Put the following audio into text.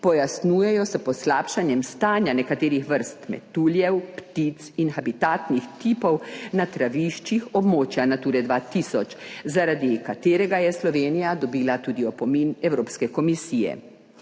pojasnjujejo s poslabšanjem stanja nekaterih vrst metuljev, ptic in habitatnih tipov na traviščih območja Nature 2000, zaradi katerega je Slovenija dobila tudi opomin Evropske komisije.